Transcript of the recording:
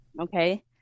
okay